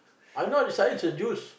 I not siding with the Jews